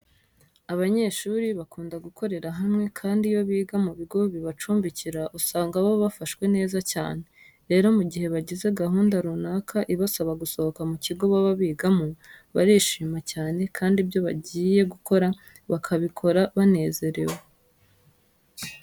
Abanyeshuri bakunda gukorera hamwe kandi iyo biga mu bigo bibacumbikira usanga baba bafashwe neza cyane. Rero mu gihe bagize gahunda runaka ibasaba gusohoka mu kigo baba bigamo, barishima cyane kandi ibyo bagiye gukora bakabikora banezerewe.